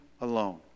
alone